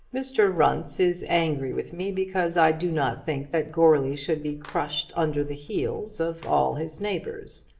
mr. runce is angry with me because i do not think that goarly should be crushed under the heels of all his neighbours.